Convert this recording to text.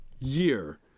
year